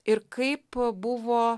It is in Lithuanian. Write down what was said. ir kaip buvo